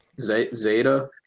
Zeta